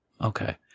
Okay